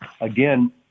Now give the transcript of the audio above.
again